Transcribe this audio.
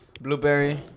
Blueberry